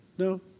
No